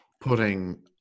putting